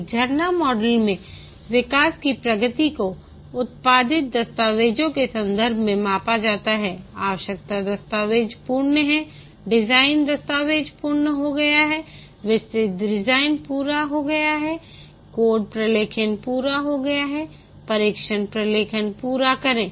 एक झरना मॉडल में विकास की प्रगति को उत्पादित दस्तावेजों के संदर्भ में मापा जाता है आवश्यकता दस्तावेज़ पूर्ण है डिजाइन दस्तावेज पूरा हो गया है विस्तृत डिजाइन पूरा हो गया है कोड प्रलेखन पूरा हो गया है परीक्षण प्रलेखन पूरा करें